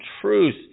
truth